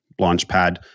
launchpad